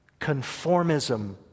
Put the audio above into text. Conformism